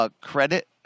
credit